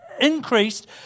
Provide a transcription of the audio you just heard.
increased